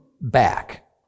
back